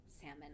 salmon